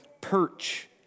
perch